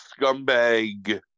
scumbag